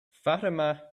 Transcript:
fatima